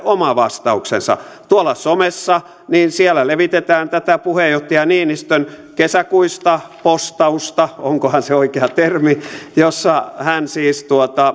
oma vastauksensa tuolla somessa levitetään tätä puheenjohtaja niinistön kesäkuista postausta onkohan se oikea termi jossa hän siis